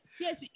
Yes